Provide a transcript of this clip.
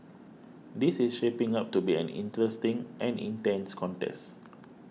this is shaping up to be an interesting and intense contest